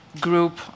group